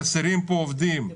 חסרים פה עובדים.